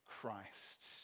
Christ